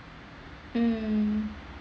mm